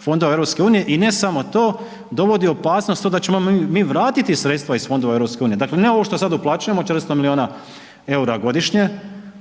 fondova EU i ne samo to, dovodi u opasnost to da ćemo mi vratiti sredstva iz fondova EU. Dakle, ne ovo što sad uplaćujemo 40 miliona EUR-a godišnje,